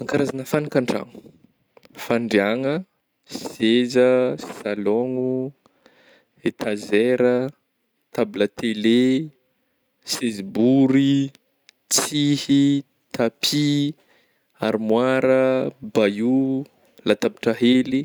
An karazagna fagnaka an-dragno fandriagna, seza, salogno, etazera, tabla tele, sezy bory, tsihy, tapis, armoara, baio, latabatra hely.